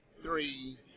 three